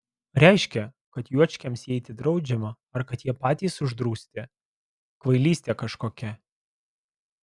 reiškia kad juočkiams įeiti draudžiama ar kad jie patys uždrausti kvailystė kažkokia